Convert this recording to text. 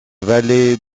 vallée